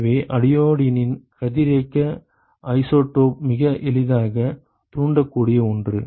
எனவே அயோடினின் கதிரியக்க ஐசோடோப்பு மிக எளிதாக தூண்டக்கூடிய ஒன்று